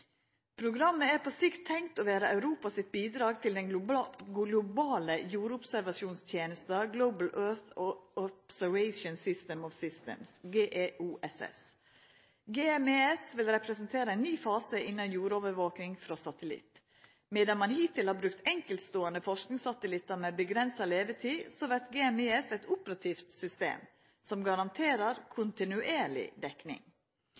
Programmet er på sikt tenkt å vera Europa sitt bidrag til den globale jordobservasjonstenesta Global Earth Observation System of Systems, GEOSS. GMES vil representera ein ny fase innan jordovervaking frå satellitt. Medan ein hittil har brukt enkeltståande forskingssatellittar med avgrensa levetid, vert GMES eit operativt system, som garanterer kontinuerlig dekning.